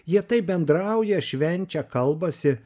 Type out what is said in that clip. jie taip bendrauja švenčia kalbasi